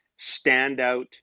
standout